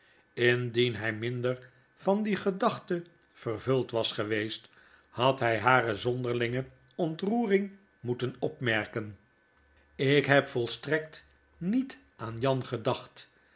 indien hij minder van die gedachte vervuld was geweest had hy hare zonderlinge ontroering moeten opmerken ik heb volstrekt niet aan jan gedacht